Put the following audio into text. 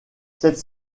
cette